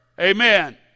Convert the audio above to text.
Amen